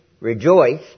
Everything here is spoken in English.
rejoice